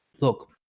Look